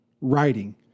writing